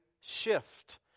shift